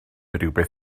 rywbeth